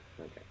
Okay